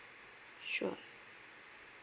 sure